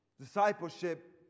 discipleship